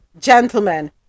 gentlemen